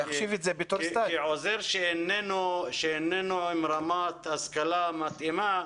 עוזר שהוא לא ברמת השכלה מתאימה,